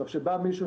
אבל כשבא מישהו,